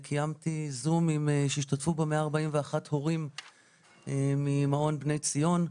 קיימתי זום שהשתתפו בו 141 הורים ממעון "בני ציון".